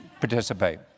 participate